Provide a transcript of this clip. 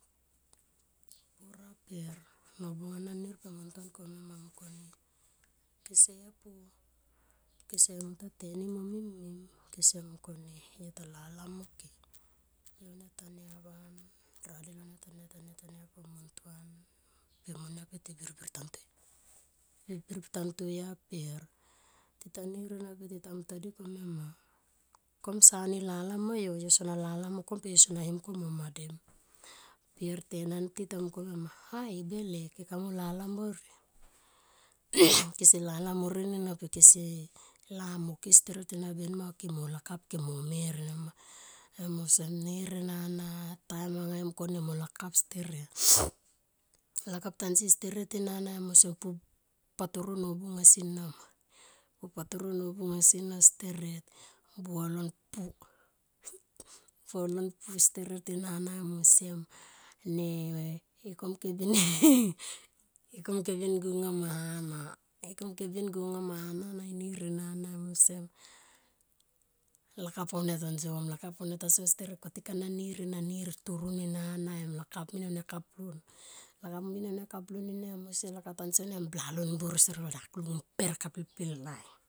Tura per nobuns ana nir pe muntuan komia ma mung kone kese pu kese muntua tuntua tenin mo mim mem kese muns kone yo ta bla moke pe au nia tania van radel aunia tania tana tania tania pu muntaun pe monia ti birbir tan to ya, ti birbir ta to ya ti birbir tan to ya pe tita nir ena ta mumta di komia ma kamsa lala moyo, yo sona lala mokom pe sona kim kom mo dadem per per tenan ti talong komia ma ai se bele keka mo lala morien kese lalammorien ena pe kese la moke steret ena ben ma ke mo lakap ke mo mer ena ma em osem nir ena natime anga i munge ko mo lakap steret lakap tansi steret ena na em osem pa toro nobung asi nama pu payoro nobung asi na steret buhelan pu, buhelon pu, buhelan pu steret ena na em osem ne e kom kebien e kom kenien go nga ma hana ekom ke bien go nga ma hana ihir ena na em osem lakap au nia tan so ma, lakap au nia tanso na per kotik ana nir ena nir taron ena na lakap min aunia kap lan, lak min aunia kuplon ena em osem iaka tansi na blalon buor steret va dakulik mper ka pilapilai